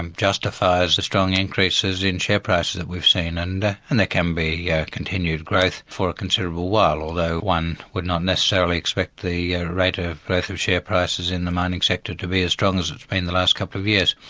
and justifies the strong increases in share prices that we've seen, and and there can be yeah continued growth for a considerable while, although one would not necessarily expect the rate ah of growth of share prices in the mining sector to be as strong as it's been the last couple of years.